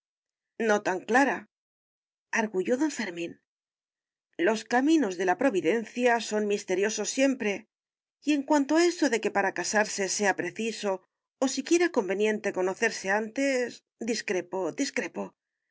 no tan claraarguyó don fermín los caminos de la providencia son misteriosos siempre y en cuanto a eso de que para casarse sea preciso o siquiera conveniente conocerse antes discrepo discrepo